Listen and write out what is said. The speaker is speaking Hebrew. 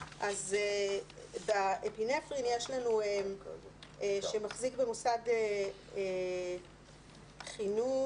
באפינפרין כתוב: מחזיק במוסד חינוך,